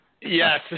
Yes